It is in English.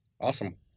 awesome